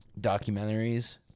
documentaries